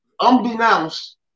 unbeknownst